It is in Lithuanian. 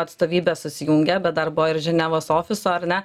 atstovybės susijungia bet dar buvo ir ženevos ofiso ar ne